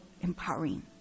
empowering